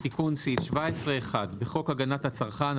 "תיקון סעיף 17 1. בחוק הגנת הצרכן,